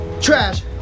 Trash